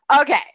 Okay